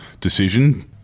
decision